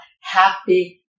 happy